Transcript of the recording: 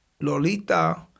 Lolita